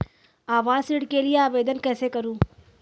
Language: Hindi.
आवास ऋण के लिए आवेदन कैसे करुँ?